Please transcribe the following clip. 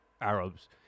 Arabs